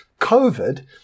COVID